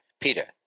Peter